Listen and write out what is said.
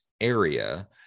area